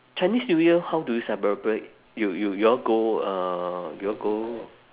chinese new year how do you celebrate you you you all go uh you all go